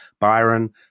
Byron